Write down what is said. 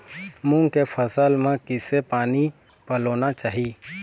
मूंग के फसल म किसे पानी पलोना चाही?